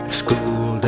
school